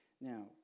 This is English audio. Now